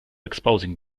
exposing